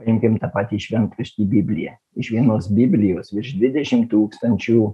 imkim tą patį šventraštį bibliją iš vienos biblijos virš dvidešim tūkstančių